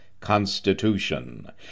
Constitution